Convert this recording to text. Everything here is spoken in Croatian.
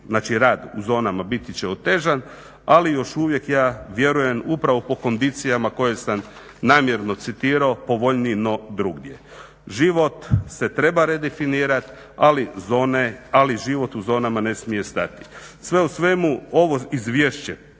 znači rad u zonama biti će otežan, ali još uvijek ja vjerujem upravo po kondicijama koje sam namjerno citirao, povoljniji no drugdje. Život se treba redefinirat, ali život u zonama ne smije stati. Sve u svemu ovo izvješće,